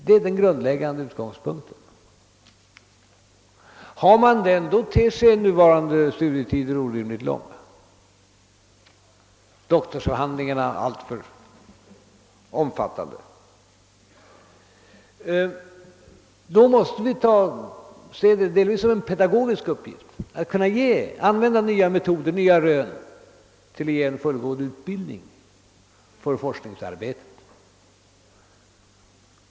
Har man denna utgångspunkt ter sig den nuvarande studietiden orimligt lång och doktorsavhandlingarna allt för omfattande. Då blir det en pedagogisk uppgift att använda nya metoder och nya rön till att ge en fullgod utbildning för forskningarbetet.